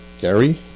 Gary